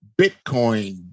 Bitcoin